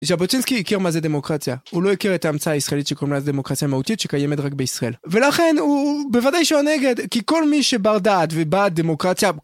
ז'בוטינסקי הכיר מה זה דמוקרטיה, הוא לא הכיר את ההמצאה הישראלית שקוראים לזה דמוקרטיה מהותית שקיימת רק בישראל ולכן הוא בוודאי שהוא נגד כי כל מי שבר דעת ובעד דמוקרטיה